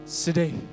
today